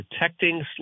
protecting